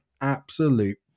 absolute